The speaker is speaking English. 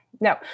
no